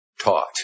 taught